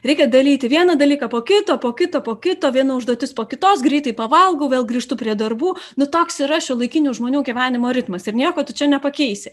reikia daryti vieną dalyką po kito po kito po kito viena užduotis po kitos greitai pavalgau vėl grįžtu prie darbų nu toks yra šiuolaikinių žmonių gyvenimo ritmas ir nieko tu čia nepakeisi